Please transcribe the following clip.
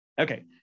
Okay